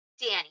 Danny